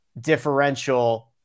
differential